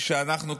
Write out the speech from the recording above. אנחנו,